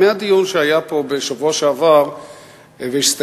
מהדיון שהיה פה בשבוע שעבר והסתיים